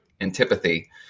antipathy